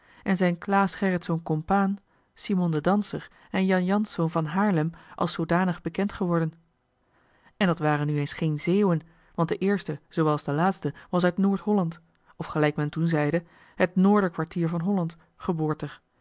en zijn claes gerritsz compaen simon de danser en jan jansz van haarlem als zoodanig bekend geworden joh h been paddeltje de scheepsjongen van michiel de ruijter en dat waren nu eens geen zeeuwen want de eerste zoowel als de laatste was uit noord-holland of gelijk men toen zeide het noorder kwartier van holland geboortig